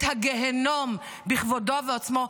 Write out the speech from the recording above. את הגיהינום בכבודו ובעצמו,